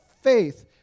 faith